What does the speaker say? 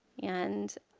and,